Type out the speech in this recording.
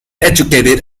educated